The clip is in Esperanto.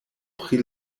pri